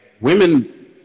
women